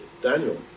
Daniel